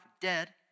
dead